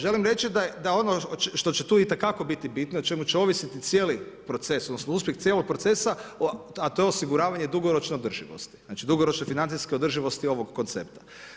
Želim reći, da ono što će tu itekako biti bitno o čemu će ovisiti cijeli proces, odnosno, uspjeh cijelog procesa, a to je osiguravanje dugoročne održivosti, znači dugoročne financijske održivosti ovog koncepta.